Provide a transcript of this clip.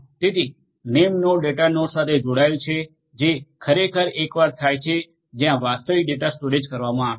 તેથી namenode datanodes સાથે જોડાયેલ છે જે ખરેખર એકવાર થાય છે જ્યાં વાસ્તવિક ડેટા સ્ટોરેજ કરવામાં આવે છે